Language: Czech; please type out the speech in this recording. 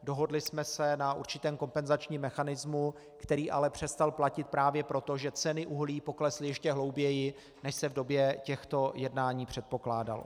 Dohodli jsme se na určitém kompenzačním mechanismu, který ale přestal platit právě proto, že ceny uhlí poklesly ještě hlouběji, než se v době těchto jednání předpokládalo.